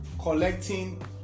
collecting